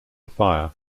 fire